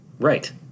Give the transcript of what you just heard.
Right